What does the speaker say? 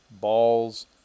balls